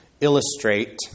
illustrate